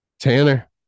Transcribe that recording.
Tanner